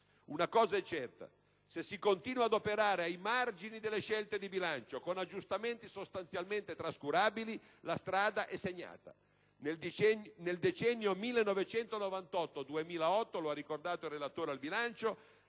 Una cosa è certa: se si continua ad operare ai margini delle scelte di bilancio con aggiustamenti sostanzialmente trascurabili, la strada è segnata. Nel decennio 1998-2008 - lo ha ricordato il relatore al bilancio